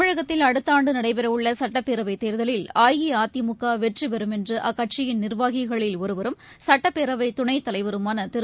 தமிழகத்தில் அடுத்த ஆண்டு நடைபெறவுள்ள சட்டப்பேரவைத் தேர்தலில் அஇஅதிமுக வெற்றிபெறும் என்று அக்கட்சியின் நிர்வாகிகளில் ஒருவரும் சுட்டப்பேரவை துணைத் தலைவருமான திரு